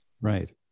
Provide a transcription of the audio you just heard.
Right